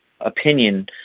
opinion